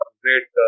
great